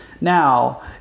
now